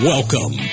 Welcome